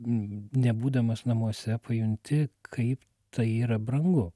nebūdamas namuose pajunti kaip tai yra brangu